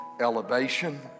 Elevation